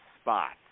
spots